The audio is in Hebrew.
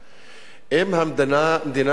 אם המדינה ורשויותיה